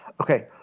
Okay